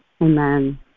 Amen